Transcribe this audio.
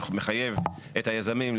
שמחייב את היזמים,